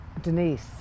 Denise